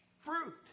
fruit